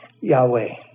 Yahweh